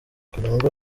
karangwa